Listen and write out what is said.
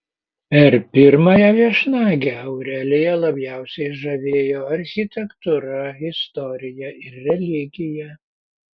per pirmąją viešnagę aureliją labiausiai žavėjo architektūra istorija ir religija